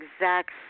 exact